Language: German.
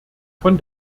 von